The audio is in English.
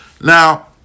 now